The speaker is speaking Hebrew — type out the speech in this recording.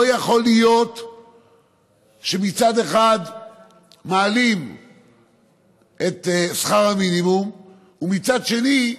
לא יכול להיות שמצד אחד מעלים את שכר המינימום ומצד שני,